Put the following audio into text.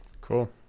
Cool